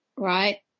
Right